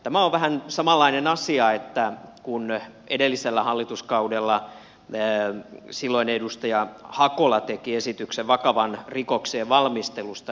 tämä on vähän samanlainen asia kuin se kun edellisellä hallituskaudella silloinen edustaja hakola teki esityksen vakavan rikoksen valmistelusta